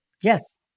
Yes